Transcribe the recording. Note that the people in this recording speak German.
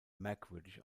merkwürdig